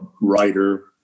writer